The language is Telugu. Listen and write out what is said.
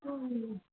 అవును